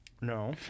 No